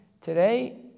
Today